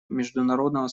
международного